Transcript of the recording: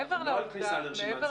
הם לא על כניסה לרשימת ספקים.